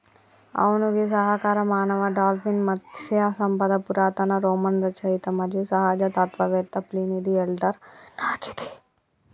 అవును గీ సహకార మానవ డాల్ఫిన్ మత్స్య సంపద పురాతన రోమన్ రచయిత మరియు సహజ తత్వవేత్త ప్లీనీది ఎల్డర్ నాటిది